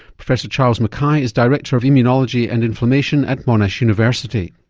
professor charles mackay is director of immunology and inflammation at monash university.